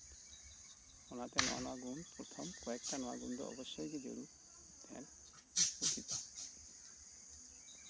ᱚᱱᱟᱛᱮ ᱱᱚᱜᱚ ᱱᱚᱣᱟ ᱜᱩᱱ ᱠᱚᱭᱮᱠᱴᱟ ᱱᱚᱜᱼᱚ ᱱᱚᱣᱟ ᱵᱤᱥᱚᱭ ᱫᱚ ᱛᱟᱸᱦᱮ ᱩᱪᱤᱛ ᱠᱟᱱᱟ